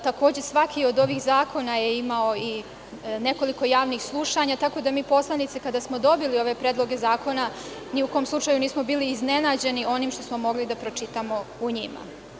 Takođe, svaki od ovih zakona imao je i nekoliko javnih slušanja, tako da mi poslanici kada smo dobili ove predloge zakona ni u kom slučaju nismo bili iznenađeni onim što smo mogli da pročitamo u njima.